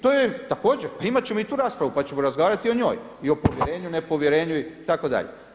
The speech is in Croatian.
To je također pa imat ćemo i tu raspravu pa ćemo razgovarati o njoj i o povjerenju, nepovjerenju itd.